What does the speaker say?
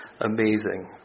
amazing